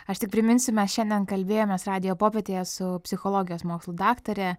aš tik priminsiu mes šiandien kalbėjomės radijo popietėje su psichologijos mokslų daktare